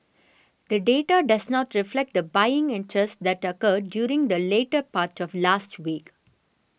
the data does not reflect the buying interest that occurred during the latter part of last week